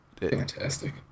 Fantastic